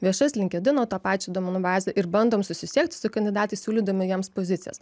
viešas linkedino tą pačią duomenų bazę ir bandom susisiekt su kandidatais siūlydami jiems pozicijas